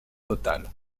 total